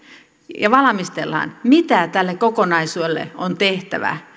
ja valmistellaan mitä tälle kokonaisuudelle on tehtävä